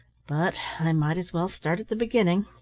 but i might as well start at the beginning.